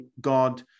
god